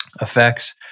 Effects